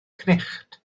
cnicht